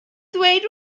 ddweud